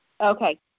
Okay